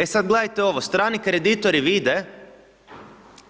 E sad gledajte ovo, strani kreditori vide